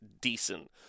decent